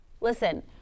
Listen